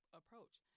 approach